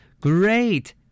Great